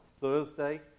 Thursday